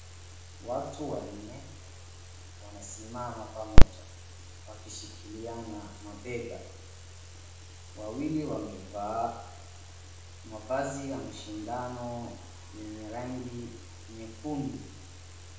Watu wanne wanasimama pamoja wakishikiliana mabega. Wawili wamevaa mavazi ya mashindano yenye rangi nyekundu.